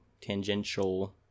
tangential